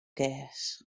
gjers